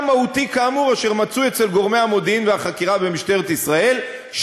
מהותי כאמור אצל גורמי המודיעין והחקירה במשטרת ישראל,